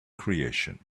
creation